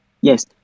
Yes